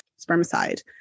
spermicide